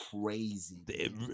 crazy